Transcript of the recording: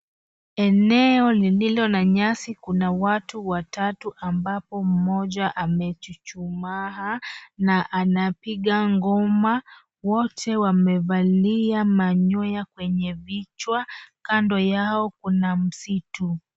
Eneo lililo na nyasi. Kuna watu watatu ambapo mmoja amechuchumaa na anapiga ngoma. Wote wamevalia manyoya kwenye vichwa. Kando yao kuna msitu.